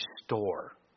restore